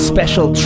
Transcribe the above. Special